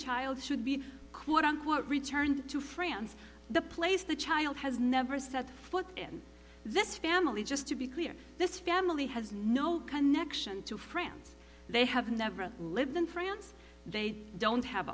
child should be quote unquote returned to france the place the child has never set foot in this family just to be clear this family has no connection to france they have never lived in france they don't have